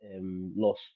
loss